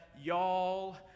y'all